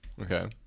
Okay